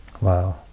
Wow